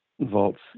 vaults